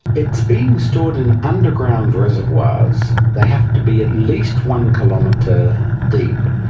it's being stored in underground reservoirs. they have to be at least one kilometre deep,